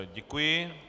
Děkuji.